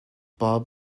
bob